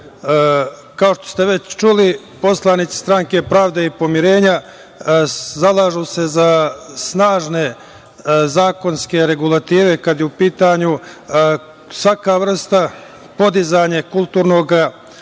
što ste već čuli, poslanici Stranke pravde i pomirenja zalažu se za snažne zakonske regulative kada je u pitanju svaka vrsta podizanja kulturnog